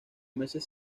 meses